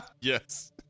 Yes